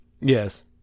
Yes